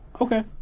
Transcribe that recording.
Okay